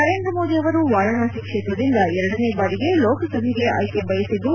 ನರೇಂದ ಮೋದಿ ಅವರು ವಾರಾಣಸಿ ಕ್ಷೇತ್ರದಿಂದ ಎರಡನೇ ಬಾರಿಗೆ ಲೋಕಸಭೆಗೆ ಆಯ್ಲೆ ಬಯಸಿದ್ದು